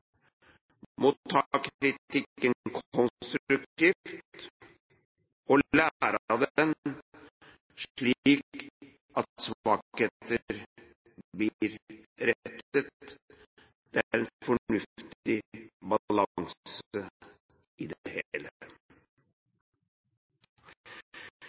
ta kritikken konstruktivt og lære av den, slik at svakheter blir rettet. Det er en fornuftig balanse i